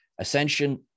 Ascension